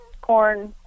corn